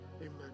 Amen